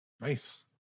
nice